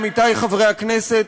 עמיתי חברי הכנסת,